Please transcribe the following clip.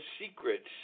secrets